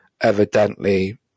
evidently